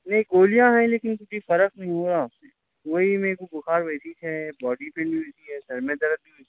نہیں گولیاں ہیں لیکن کچھ بھی فرق نہیں ہوا اس سے وہی میرے کو بخار ویسی ایچ ہے باڈی پین بھی ویسی ہے سر میں درد بھی ویسی ہے